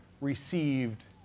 received